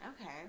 Okay